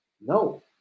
No